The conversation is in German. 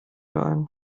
überein